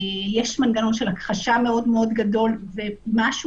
יש מנגנון של הכחשה מאוד מאוד גדול ומשהו